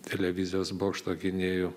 televizijos bokšto gynėjų